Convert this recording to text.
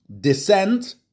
descent